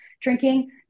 Drinking